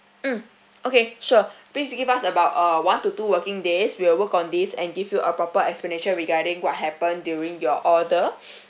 mm okay sure please give us about uh one to two working days we'll work on this and give you a proper explanation regarding what happened during your order